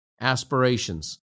aspirations